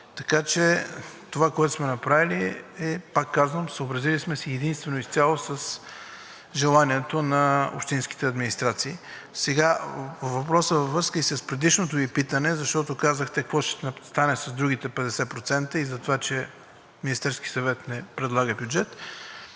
Така че това, което сме направили, е, пак казвам, съобразили сме се единствено и изцяло с желанието на общинските администрации. По въпроса. Във връзка и с предишното Ви питане, защото казахте: какво ще стане с другите 50% и за това, че Министерският съвет не предлага бюджет,